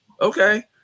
okay